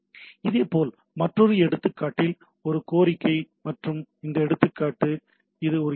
இதேபோல் மற்றொரு எடுத்துக்காட்டில் இது ஒரு கோரிக்கை மற்றும் இந்த எடுத்துக்காட்டு இது ஒரு இடுகை